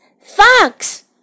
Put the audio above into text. Fox